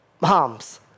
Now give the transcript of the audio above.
Moms